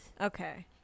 okay